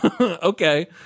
Okay